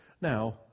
now